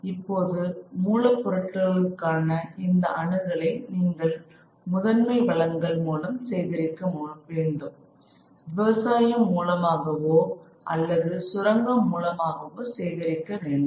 இப்போது மூலப்பொருட்களுக்கான இந்த அணுகலை நீங்கள் முதன்மை வளங்கள் மூலம் சேகரிக்க வேண்டும் விவசாயம் மூலமாகவோ அல்லது சுரங்கம் மூலமாகவோ சேகரிக்க வேண்டும்